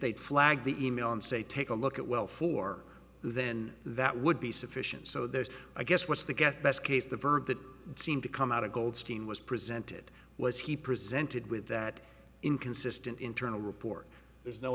they'd flag the e mail and say take a look at well for you then that would be sufficient so there's i guess what's the get best case the verb that seemed to come out of goldstein was presented was he presented with that inconsistent internal report there's no